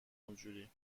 اونجوری